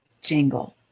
jingle